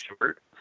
short